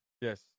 Yes